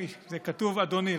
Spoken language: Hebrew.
זה כתוב אדוני.